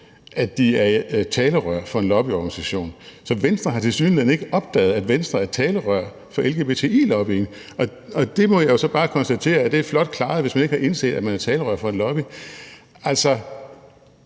at de er talerør for en lobbyorganisation. Så Venstre har tilsyneladende ikke opdaget, at Venstre er talerør for lgbti-lobbyen, og det må jeg jo så bare konstatere er flot klaret, altså hvis man ikke har indset, at man er talerør for en lobby. Altså,